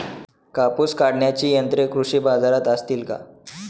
कापूस काढण्याची यंत्रे कृषी बाजारात असतील का?